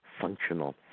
functional